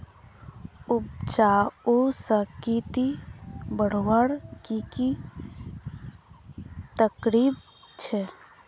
उपजाऊ शक्ति बढ़वार की की तरकीब छे?